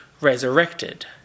resurrected